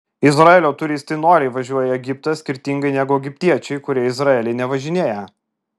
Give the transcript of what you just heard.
izraelio turistai noriai važiuoja į egiptą skirtingai negu egiptiečiai kurie į izraelį nevažinėja